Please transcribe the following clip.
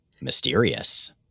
mysterious